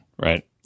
right